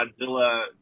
Godzilla